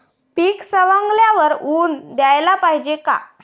पीक सवंगल्यावर ऊन द्याले पायजे का?